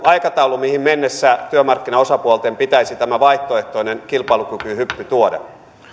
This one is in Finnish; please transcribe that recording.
aikataulu mihin mennessä työmarkkinaosapuolten pitäisi tämä vaihtoehtoinen kilpailukykyhyppy tuoda